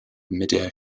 midair